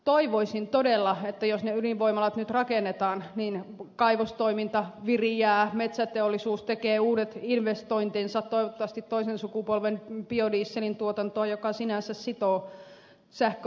toivoisin todella että jos ne ydinvoimalat nyt rakennetaan niin kaivostoiminta viriää metsäteollisuus tekee uudet investointinsa toivottavasti toisen sukupolven biodieselin tuotantoon joka sinänsä sitoo sähköenergiaa